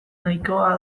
nahikoa